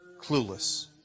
clueless